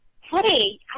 hey